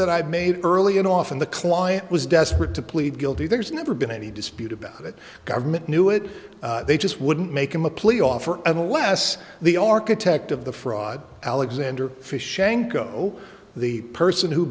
that i've made early and often the client was desperate to plead guilty there's never been any dispute about that government knew it they just wouldn't make him a plea offer unless the architect of the fraud alexander fish shango the person who